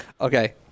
Okay